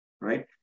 right